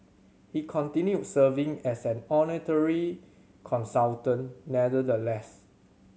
he continued serving as an honorary consultant nonetheless